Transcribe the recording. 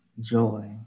joy